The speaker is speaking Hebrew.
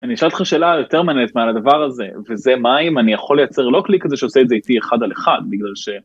אני אשאל אותך שאלה יותר מעניינת מעל הדבר הזה וזה מה אם אני יכול לייצר לא קליק כזה שעושה את זה איתי אחד על אחד בגלל ש.